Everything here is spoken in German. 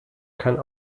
kein